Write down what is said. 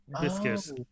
biscuits